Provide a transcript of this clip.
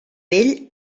vell